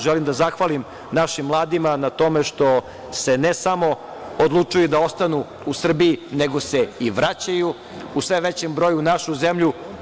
Želim da zahvalim našim mladima na tome što se ne samo odlučuju da ostanu u Srbiji, nego se i vraćaju u sve većem broju u našu zemlju.